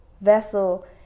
vessel